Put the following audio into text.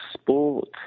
sport